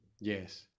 Yes